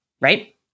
right